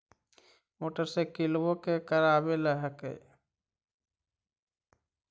मोटरसाइकिलवो के करावे ल हेकै?